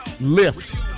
lift